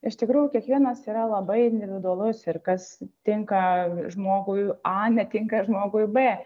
iš tikrųjų kiekvienas yra labai individualus ir kas tinka žmogui a netinka žmogui b